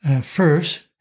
First